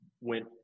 went